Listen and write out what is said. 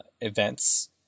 events